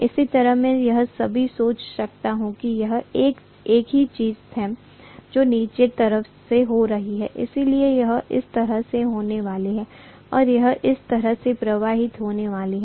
इसी तरह मैं यह भी सोच सकता हूं कि यह एक ही चीज है जो नीचे की तरफ से हो रही है इसलिए यह इस तरह से होने वाली है और यह इस तरह से प्रवाहित होने वाली है